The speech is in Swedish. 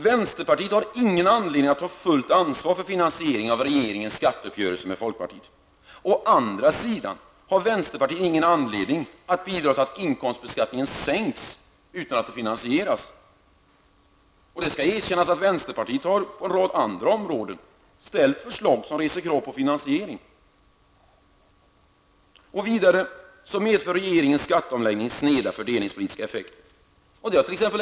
Vänsterpartiet har ingen anledning att ta fullt ansvar för finansieringen av regeringens skatteuppgörelse med folkpartiet. Inte heller har vänsterpartiet någon anledning att bidra till att inkomstbeskattningen sänks utan att detta finansieras. Det skall erkännas att vänsterpartiet på en rad andra områden har framlagt förslag i vilka reses krav på finansiering. Regeringens skatteomläggning får sneda fördelningspolitiska effekter.